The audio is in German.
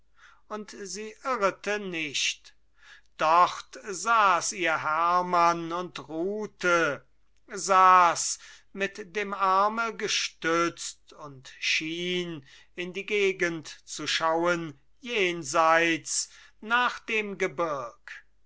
und sie irrete nicht dort saß ihr hermann und ruhte saß mit dem arme gestützt und schien in die gegend zu schauen jenseits nach dem gebirg